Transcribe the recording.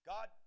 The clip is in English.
God